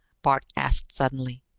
bart asked suddenly.